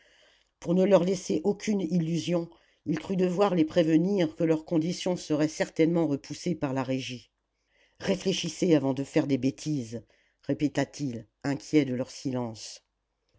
pour ne leur laisser aucune illusion il crut devoir les prévenir que leurs conditions seraient certainement repoussées par la régie réfléchissez avant de faire des bêtises répéta-t-il inquiet de leur silence